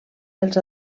dels